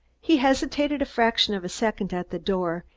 he hesitated a fraction of a second at the door,